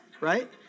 Right